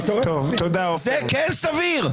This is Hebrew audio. זה כן סביר?